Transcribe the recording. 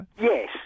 Yes